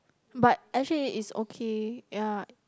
but actually it's okay ya